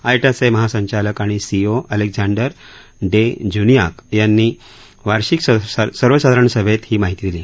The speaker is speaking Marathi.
आयटाचे महासांलक आणि सीईओ अलेक्झांडर डे जुनियाक यांनी वार्षिक सर्वसाधारण सभेत ही माहिती दिली